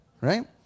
right